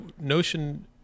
notion